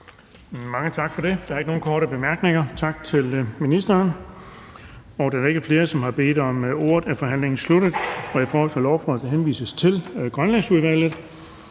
Tak for det. Der er ikke nogen korte bemærkninger. Tak til ministeren. Da der ikke er flere, der har bedt om ordet, er forhandlingen sluttet. Jeg foreslår, at lovforslaget henvises til Grønlandsudvalget.